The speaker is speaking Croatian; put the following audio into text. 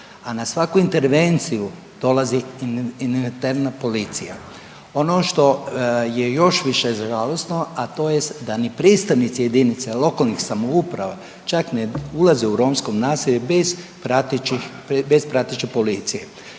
a na svaku intervenciju, dolazi interventna policija. Ono što je još više žalosno a to je da ni predstavnici jedinica lokalnih samouprava čak ni ne ulaze u romsko naselje bez prateće policije.